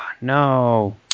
no